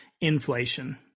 inflation